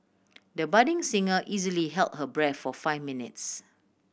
the budding singer easily held her breath for five minutes